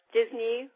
Disney